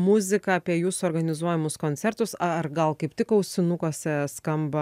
muziką apie jūsų organizuojamus koncertus ar gal kaip tik ausinukuose skamba